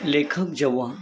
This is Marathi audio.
लेखक जेव्हा